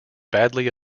badly